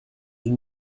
une